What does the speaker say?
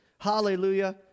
Hallelujah